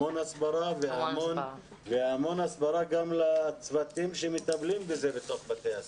הרבה הסברה והרבה הסברה גם לצוותים שמטפלים בזה בתוך בתי הספר.